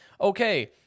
okay